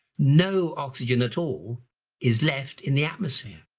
no oxygen at all is left in the atmosphere.